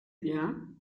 bien